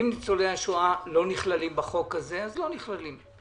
אם ניצולי השואה לא נכללים בחוק הזה אז לא נכללים.